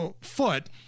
foot